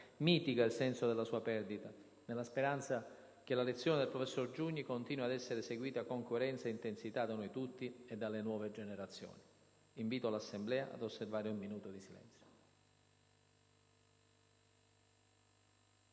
mitiga il senso della sua perdita, nella speranza che la lezione del professor Giugni continui ad essere seguita con coerenza e intensità da noi tutti e dalle nuove generazioni. Invito l'Assemblea ad osservare un minuto di silenzio.